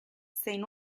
zein